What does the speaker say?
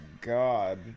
God